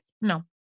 No